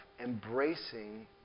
embracing